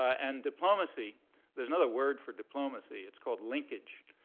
and diplomacy there's another word for diplomacy. it's called linkage.